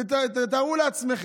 תארו לעצמכם,